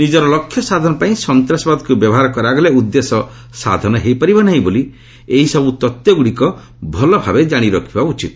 ନିଜର ଲକ୍ଷ୍ୟ ସାଧନ ପାଇଁ ସନ୍ତାସବାଦକୁ ବ୍ୟବହାର କରାଗଲେ ଉଦ୍ଦେଶ୍ୟ ସାଧନ ହୋଇପାରିବ ନାହିଁ ବୋଲି ଏହିସବୁ ତତ୍ତ୍ୱଗୁଡ଼ିକ ଭଲଭାବରେ ଜାଶିରଖିବା ଉଚିତ